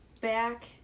back